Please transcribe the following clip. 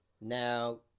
Now